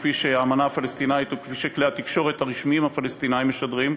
כפי שהאמנה הפלסטינית וכפי שכלי התקשורת הרשמיים הפלסטיניים משדרים,